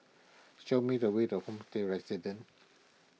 show me the way to Homestay Residences